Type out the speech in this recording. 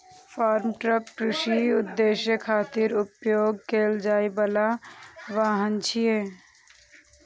farm truck कृषि उद्देश्य खातिर उपयोग कैल जाइ बला वाहन छियै